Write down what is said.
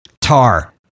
Tar